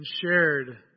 shared